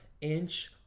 inch